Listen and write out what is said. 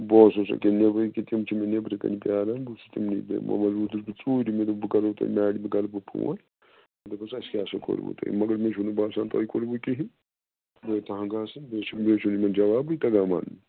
بہٕ اوسُس أکیٛاہ نیٚبرٕۍ کِنۍ تِم چھِ مےٚ نیٚبرٕکَنہِ پراران بہٕ چھُس تِمنٕے بہٕ ووتھُس ژوٗرِ مےٚ دوٚپ بہٕ کَرَو تۄہہِ میڑمہِ کَرٕ بہٕ فون بہٕ دَپَس اَسہِ کیٛاہ چھُو کوٚرمُت تۄہہِ مگر مےٚ چھُنہٕ باسان توہہِ کوٚروٕ کِہیٖنۍ بہٕ ۂے تنگ آس ؤنۍ بہٕ چھِ مےٚ چھِنہٕ یِمَن جوابٕے تگان وَنُن